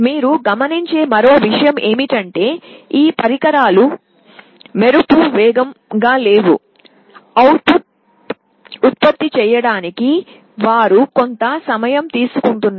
మీరు గమనించే మరో విషయం ఏమిటంటే ఈ పరికరాలు మెరుపు వేగంగా లేవు అవుట్పుట్ను ఉత్పత్తి చేయడానికి వారు కొంత సమయం తీసుకుంటారు